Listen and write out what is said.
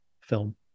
film